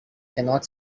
cannot